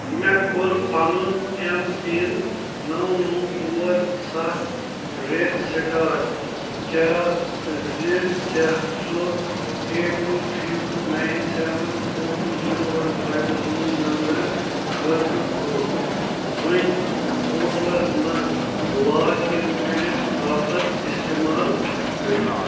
مےٚ کوٚر پَنُن اٮ۪م پِن نَو نَو ژور سَتھ رٮ۪سٕٹاٹ کیٛاہ زِ کیٛاہ سُہ eight two three two nine seven four two zero one five phone number خٲطرٕ کو وٕنۍ پورٹلَس منٛز لاگ اِن کٔرِتھ باپتھ اِستعمال کٔرِتھ